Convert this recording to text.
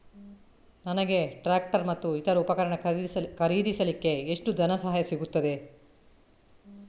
ನನಗೆ ಟ್ರ್ಯಾಕ್ಟರ್ ಮತ್ತು ಇತರ ಉಪಕರಣ ಖರೀದಿಸಲಿಕ್ಕೆ ಎಷ್ಟು ಧನಸಹಾಯ ಸಿಗುತ್ತದೆ?